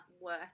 worth